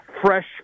fresh